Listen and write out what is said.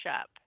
up